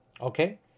Okay